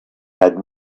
had